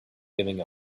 giving